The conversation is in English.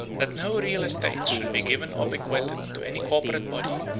that no real estates should be given or bequeathed to any corporate body,